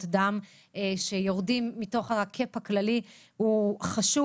דם שיורדות מתוך הקאפ הכללי הוא חשוב.